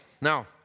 Now